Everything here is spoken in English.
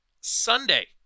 Sunday